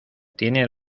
tiene